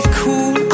cool